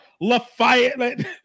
Lafayette